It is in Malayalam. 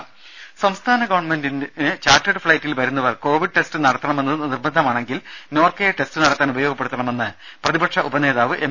രുമ സംസ്ഥാന ഗവൺമെന്റിന് ചാർട്ടേർഡ് ഫ്ളൈറ്റിൽ വരുന്നവർ കോവിഡ് ടെസ്റ്റ് നടത്തണമെന്നത് നിർബന്ധമാണെങ്കിൽ നോർക്കയെ ടെസ്റ്റ് നടത്താൻ ഉപയോഗപ്പെടുത്തണമെന്ന് പ്രതിപക്ഷ ഉപനേതാവ് എം